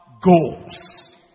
Goals